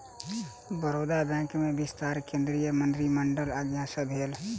Baroda bank में विस्तार केंद्रीय मंत्रिमंडलक आज्ञा सँ भेल